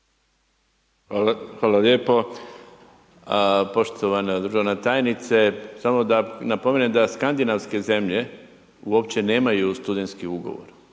Hvala lijepo. Poštovana državna tajnice, samo da napomenem da skandinavske zemlje uopće nemaju studentski ugovor